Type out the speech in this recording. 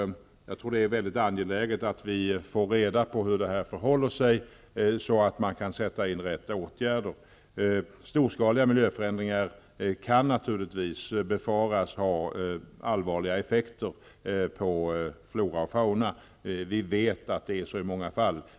Det är väldigt angeläget att få reda på hur det förhåller sig, så att vi kan sätta in de rätta åtgärderna. Storskaliga miljöförändringar kan naturligtvis befaras ha allvarliga effekter på flora och fauna. Vi vet att det är så i många fall.